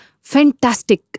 fantastic